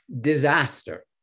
disaster